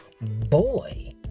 boy